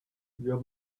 your